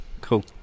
cool